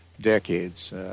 decades